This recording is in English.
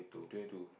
twenty two